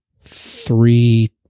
three